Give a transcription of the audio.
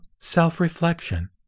Self-reflection